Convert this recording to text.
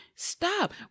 Stop